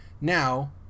Now